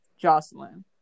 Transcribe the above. Jocelyn